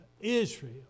Israel